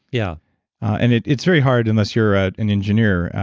yeah and it's very hard unless you're ah an engineer,